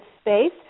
space